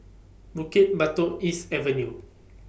Bukit Batok East Avenue